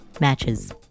matches